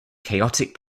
chaotic